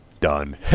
done